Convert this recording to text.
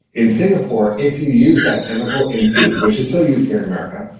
in singapore, if you use that chemical in food which is still used here in america,